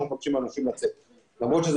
אנחנו מבקשים מאנשים לצאת למרות שאלה